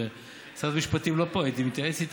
שרת המשפטים לא פה, הייתי מתייעץ איתה.